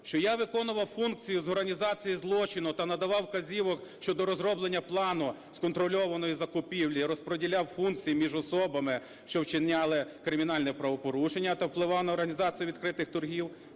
що я виконував функцію з організації злочину та надавав вказівки щодо розроблення плану з контрольованої закупівлі, розподіляв функції між особами, що вчиняли кримінальне правопорушення та впливав на організацію відкритих торгів;